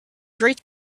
great